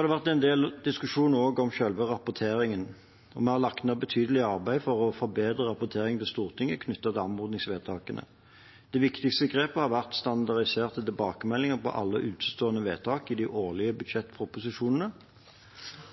har vært en del diskusjon om selve rapporteringen. Vi har lagt ned et betydelig arbeid for å forbedre rapporteringen til Stortinget når det gjelder anmodningsvedtakene. Det viktigste grepet har vært standardiserte tilbakemeldinger på alle utestående vedtak i de årlige budsjettproposisjonene,